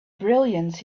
brilliance